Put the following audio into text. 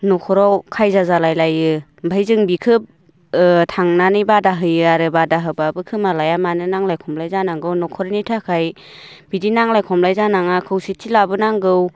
न'खराव खायजा जालाय लायो ओमफ्राय जों बेखौ थांनानै बादा होयो आरो बादा होबाबो खोमालाया मानो नांज्लाय खमलाय जानांगौ न'खरनि थाखाय बिदि नांज्लाय खमलाय जानाङा खौसेथि लाबोनांगौ